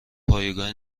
پایگاه